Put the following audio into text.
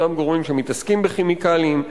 אותם גורמים שמתעסקים בכימיקלים,